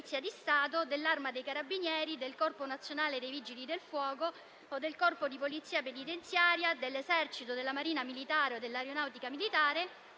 grazie